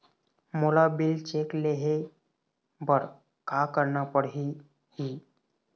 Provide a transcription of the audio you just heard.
मोला bill check ले हे बर का करना पड़ही ही?